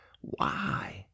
Why